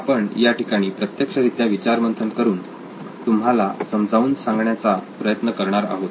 आपण या ठिकाणी प्रत्यक्षरीत्या विचारमंथन करून तुम्हाला समजावून सांगण्याचा प्रयत्न करणार आहोत